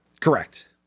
Correct